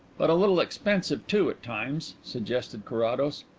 but a little expensive, too, at times? suggested carrados.